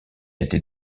été